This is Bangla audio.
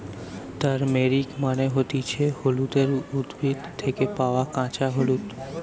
তারমেরিক মানে হতিছে হলুদের উদ্ভিদ থেকে পায়া কাঁচা হলুদ